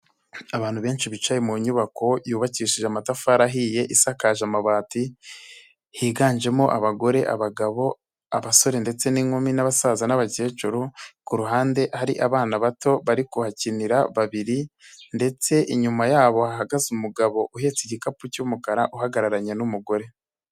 Abantu benshi bicaye mu nyubako yubakishije amatafari ahiye, isakaje amabati, higanjemo abagore, abagabo, abasore ndetse n'inkumi n'abasaza n'abakecuru, ku ruhande hari abana bato bari kuhakinira babiri ndetse inyuma yabo hahagaze umugabo uhetse igikapu cy'umukara uhagararanye n'umugore.